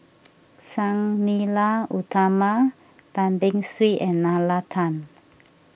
Sang Nila Utama Tan Beng Swee and Nalla Tan